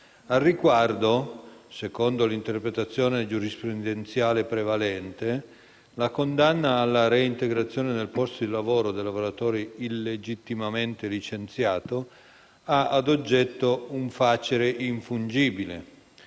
Al riguardo, secondo l’interpretazione giurisprudenziale prevalente, la condanna alla reintegrazione nel posto di lavoro del lavoratore illegittimamente licenziato ha ad oggetto un facere infungibile